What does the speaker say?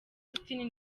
austin